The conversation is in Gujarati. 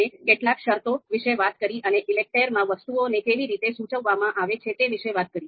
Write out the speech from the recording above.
આપણે કેટલીક શરતો વિશે વાત કરી અને ELECTRE માં વસ્તુઓને કેવી રીતે સૂચવવામાં આવે છે તે વિશે વાત કરી